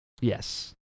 Yes